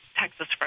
Texas